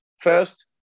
First